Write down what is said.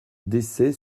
décès